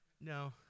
No